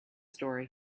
story